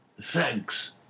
Thanks